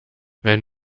wenn